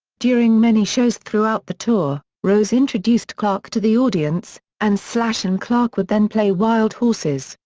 during many shows throughout the tour, rose introduced clarke to the audience, and slash and clarke would then play wild horses,